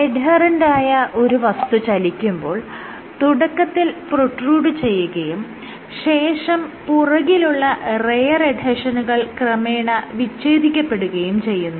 എഡ്ഹെറെന്റായ ഒരു വസ്തു ചലിക്കുമ്പോൾ തുടക്കത്തിൽ പ്രൊട്രൂഡ് ചെയ്യുകയും ശേഷം പുറകിലുള്ള റെയർ എഡ്ഹെഷനുകൾ ക്രമേണ വിച്ഛേദിക്കപ്പെടുകയും ചെയ്യുന്നു